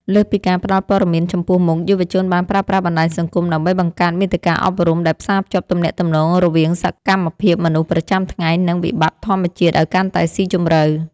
លើសពីការផ្ដល់ព័ត៌មានចំពោះមុខ យុវជនបានប្រើប្រាស់បណ្ដាញសង្គមដើម្បីបង្កើតមាតិកាអប់រំដែលផ្សារភ្ជាប់ទំនាក់ទំនងរវាងសកម្មភាពមនុស្សប្រចាំថ្ងៃ និងវិបត្តិធម្មជាតិឱ្យកាន់តែស៊ីជម្រៅ។